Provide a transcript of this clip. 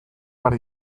behar